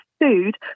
food –